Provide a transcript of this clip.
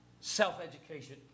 self-education